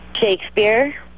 Shakespeare